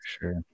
sure